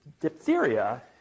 diphtheria